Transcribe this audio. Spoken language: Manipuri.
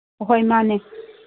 ꯍꯣꯏ ꯃꯥꯅꯦ